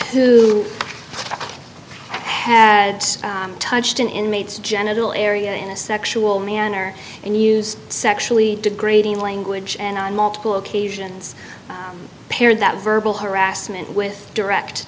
who have touched an inmate's genital area in a sexual manner and use sexually degrading language and on multiple occasions paired that verbal harassment with direct